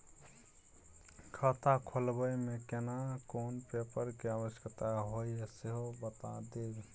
खाता खोलैबय में केना कोन पेपर के आवश्यकता होए हैं सेहो बता देब?